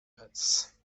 pits